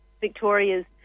Victoria's